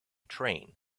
train